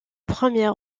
première